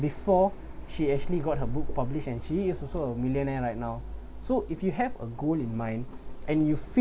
before she actually got her book publish and she is also a millionaire right now so if you have a goal in mind and you